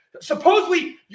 Supposedly